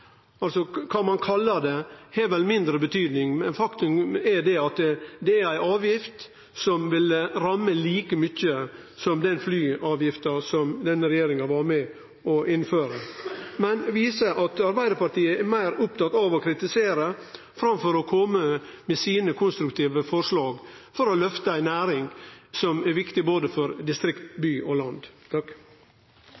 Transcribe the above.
Kva ein kallar det, har vel mindre betydning. Faktum er at det er ei avgift som ville ramme like mykje som den flyavgifta denne regjeringa var med og innførte. Det viser at Arbeidarpartiet er meir opptatt av å kritisere enn av å kome med konstruktive forslag for å løfte ei næring som er viktig både for distrikt,